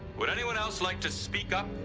would anyone else like to speak up,